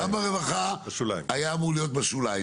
גם ברווחה היה אמור להיות בשוליים.